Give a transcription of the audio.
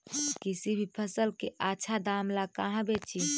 किसी भी फसल के आछा दाम ला कहा बेची?